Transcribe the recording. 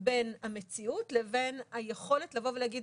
בין המציאות לבין היכולת להגיד,